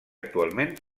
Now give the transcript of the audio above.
actualment